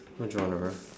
what genre